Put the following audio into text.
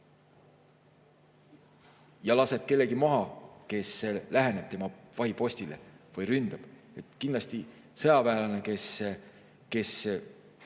ja laseb kellegi maha, kes läheneb tema vahipostile või ründab. Kindlasti sõjaväelane, näiteks